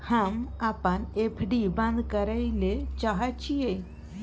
हम अपन एफ.डी बंद करय ले चाहय छियै